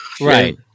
Right